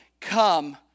come